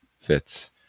fits